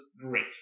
great